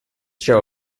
show